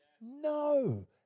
No